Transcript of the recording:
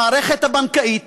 המערכת הבנקאית,